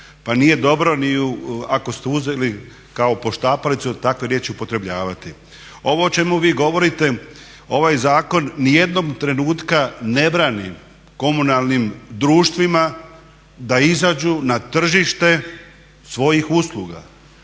Pa nije dobro ni ako ste uzeli kao poštapalicu takve riječi upotrebljavati. Ovo o čemu vi govorite, ovaj zakon nijednog trenutka ne brani komunalnim društvima da izađu na izađu na tržište svojih usluga,